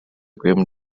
groom